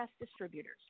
distributors